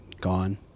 gone